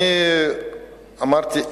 אמרתי: